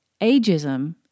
ageism